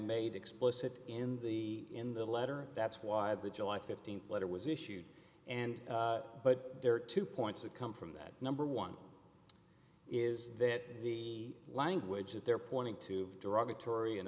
made explicit in the in the letter that's why the july th letter was issued and but there are two points that come from that number one is that the language that they're pointing to derogatory and